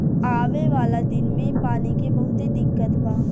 आवे वाला दिन मे पानी के बहुते दिक्कत बा